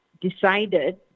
decided